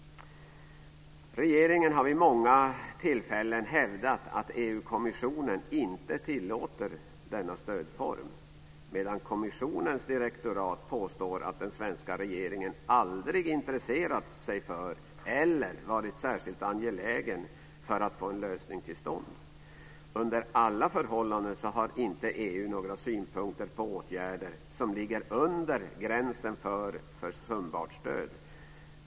Regeringen har vid många tillfällen hävdat att EU-kommissionen inte tillåtit denna stödform, medan kommissionens direktorat påstår att den svenska regeringen aldrig intresserat sig för eller har varit särskilt angelägen för att få en lösning till stånd. Under alla förhållanden har EU inte några synpunkter på åtgärder som ligger under gränsen för försumbart stöd.